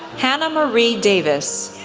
hannah marie davis,